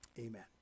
Amen